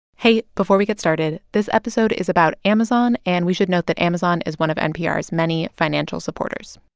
hey, before we get started, this episode is about amazon. and we should note that amazon is one of npr's many financial supporters